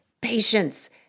patience